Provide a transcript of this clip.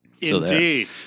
Indeed